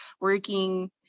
working